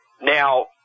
Now